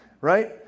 Right